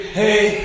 hey